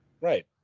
Right